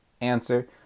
answer